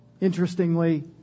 Interestingly